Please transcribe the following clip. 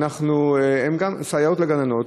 הן סייעות לגננות.